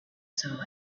saw